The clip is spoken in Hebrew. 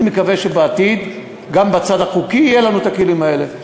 אני מקווה שבעתיד גם בצד החוקי יהיו לנו הכלים האלה.